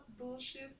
bullshit